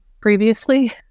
previously